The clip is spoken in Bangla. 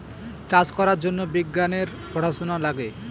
চাষ করার জন্য বিজ্ঞানের পড়াশোনা লাগে